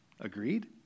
Agreed